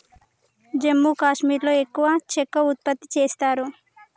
జమ్మూ కాశ్మీర్లో ఎక్కువ చెక్క ఉత్పత్తి చేస్తారు